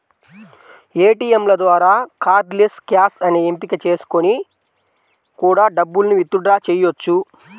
ఏటియంల ద్వారా cardless cash అనే ఎంపిక చేసుకొని కూడా డబ్బుల్ని విత్ డ్రా చెయ్యొచ్చు